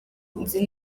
nzi